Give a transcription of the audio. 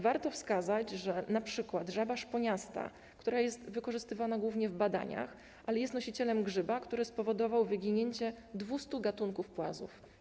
Warto wskazać, że np. żaba szponiasta, która jest wykorzystywana głównie w badaniach, jest nosicielem grzyba, który spowodował wyginięcie 200 gatunków płazów.